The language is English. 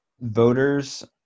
voters